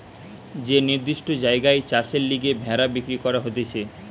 যে নির্দিষ্ট জায়গায় চাষের লিগে ভেড়া বিক্রি করা হতিছে